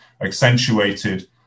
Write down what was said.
accentuated